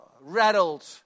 rattled